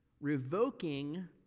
revoking